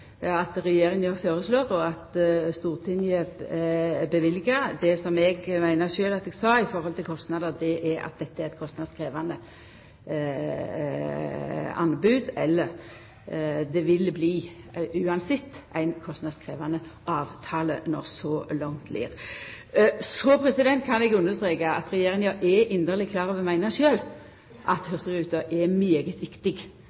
at regjeringa føreslår og Stortinget løyver. Det som eg meiner sjølv at eg sa i forhold til kostnader, var at dette er eit kostnadskrevjande anbod; det vil uansett bli ein kostnadskrevjande avtale, når så langt lir. Så kan eg understreka at regjeringa er inderleg klar over og meiner sjølv at hurtigruta er svært viktig.